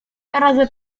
radzę